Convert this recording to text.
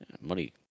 Money